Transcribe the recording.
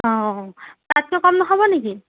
অ' তাতকৈ কম নহ'ব নেকি